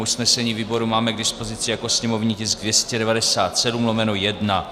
Usnesení výboru máme k dispozici jako sněmovní tisk 297/1.